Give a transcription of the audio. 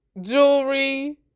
jewelry